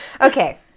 Okay